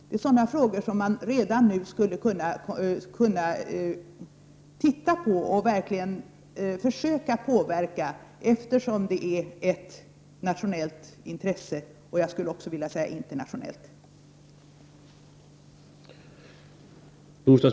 Det är sådana frågor som vi redan nu skulle kunna titta på och försöka påverka, eftersom området är av nationellt intresse och, skulle jag också vilja säga, av internationellt intresse.